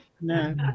no